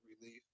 relief